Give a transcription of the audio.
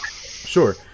Sure